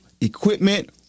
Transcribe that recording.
equipment